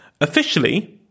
Officially